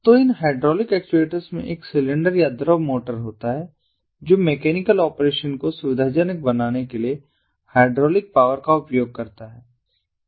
तो इन hydraulic actuators में एक सिलेंडर या द्रव मोटर होता है जो मैकेनिकल ऑपरेशन को सुविधाजनक बनाने के लिए हाइड्रोलिक पावर का उपयोग करता है